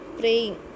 praying